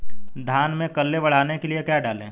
धान में कल्ले बढ़ाने के लिए क्या डालें?